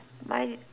mine